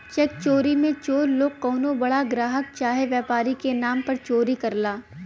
check चोरी मे चोर लोग कउनो बड़ा ग्राहक चाहे व्यापारी के नाम पर चोरी करला